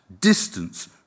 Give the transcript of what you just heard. distance